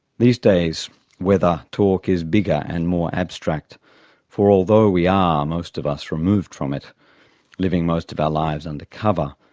these days weather talk is bigger and more abstract for although we are, most of us, removed from it living most of our lives under cover,